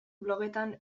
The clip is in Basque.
blogetan